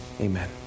amen